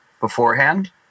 beforehand